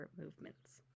movements